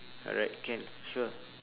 alright can sure